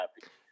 happy